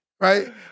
right